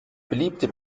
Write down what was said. beliebte